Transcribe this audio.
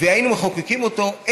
והיינו מחוקקים אותו.